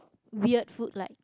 weird food like